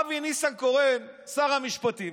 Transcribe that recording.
אבי ניסנקורן, שר המשפטים,